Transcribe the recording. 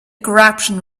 corruption